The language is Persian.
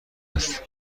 است